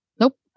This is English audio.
Nope